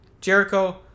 Jericho